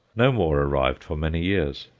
no more arrived for many years.